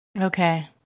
Okay